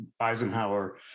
Eisenhower